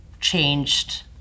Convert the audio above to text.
changed